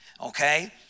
okay